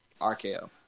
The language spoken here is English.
RKO